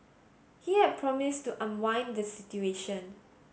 he had promised to unwind the situation